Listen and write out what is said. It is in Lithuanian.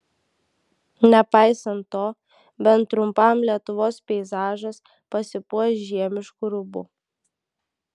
nepaisant to bent trumpam lietuvos peizažas pasipuoš žiemišku rūbu